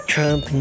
Trump